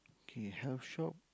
K health shop